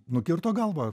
nukirto galvą